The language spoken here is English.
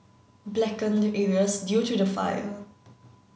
blackened areas due to the fire